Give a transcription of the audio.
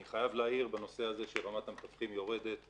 אני חייב להעיר בנושא הזה שרמת המתווכים יורדת.